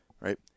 Right